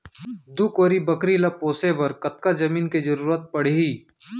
दू कोरी बकरी ला पोसे बर कतका जमीन के जरूरत पढही?